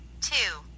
two